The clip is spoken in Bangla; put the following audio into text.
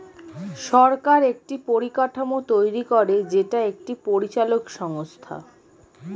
সরকার একটি পরিকাঠামো তৈরী করে যেটা একটি পরিচালক সংস্থা